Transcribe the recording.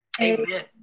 Amen